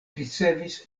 ricevis